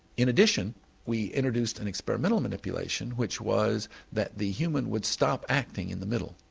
in addition we introduced an experimental manipulation which was that the human would stop acting in the middle.